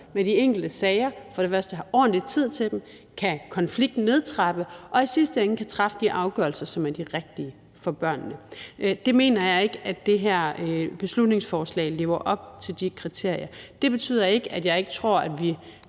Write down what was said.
med de enkelte sager, har ordentlig tid til dem, kan konfliktnedtrappe, og at de i sidste ende kan træffe de afgørelser, som er de rigtige for børnene. De kriterier mener jeg ikke det her beslutningsforslag lever op til. Det betyder ikke, at jeg ikke tror, at vi